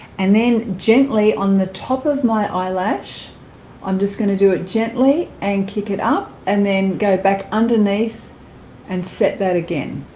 and then gently on the top of my eyelash i'm just going to do it gently and kick it up and then go back underneath and set that again